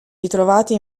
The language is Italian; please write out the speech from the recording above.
ritrovati